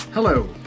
Hello